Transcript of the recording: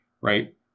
right